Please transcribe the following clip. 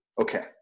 Okay